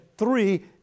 Three